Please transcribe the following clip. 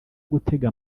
gutega